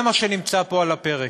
זה מה שנמצא פה על הפרק.